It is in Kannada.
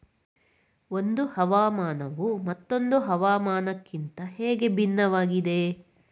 ಒಂದು ಹವಾಮಾನವು ಮತ್ತೊಂದು ಹವಾಮಾನಕಿಂತ ಹೇಗೆ ಭಿನ್ನವಾಗಿದೆ?